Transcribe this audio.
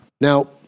Now